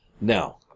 Now